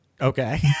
Okay